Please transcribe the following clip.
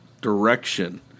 direction